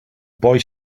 boy